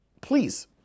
Please